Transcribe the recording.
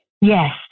Yes